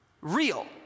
real